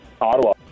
Ottawa